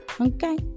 okay